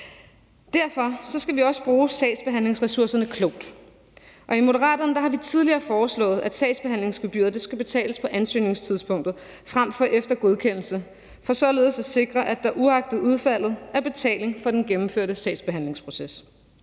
Derfor skal vi også bruge sagsbehandlingsressourcerne klogt. I Moderaterne har vi tidligere foreslået, at sagsbehandlingsgebyret skal betales på ansøgningstidspunktet frem for efter godkendelse – for således at sikre, at der uagtet udfaldet er betaling for den gennemførte sagsbehandlingsproces.